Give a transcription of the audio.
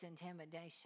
intimidation